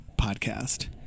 podcast